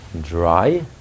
dry